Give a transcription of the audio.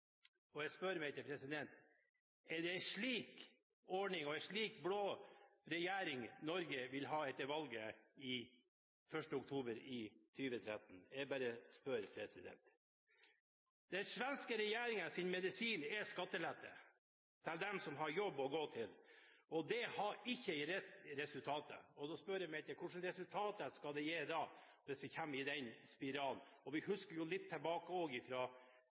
Og jeg spør meg selv: Er det en slik ordning og en slik blå regjering Norge vil ha etter valget 1. oktober 2013? Jeg bare spør. Den svenske regjeringens medisin er skattelette til dem som har en jobb å gå til, og det har ikke gitt resultater. Da spør jeg hvilke resultater det vil gi, hvis vi kommer i den spiralen. Vi husker også tilbake til tidligere år da det var borgerlig styre, og